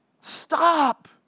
Stop